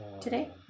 today